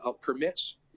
permits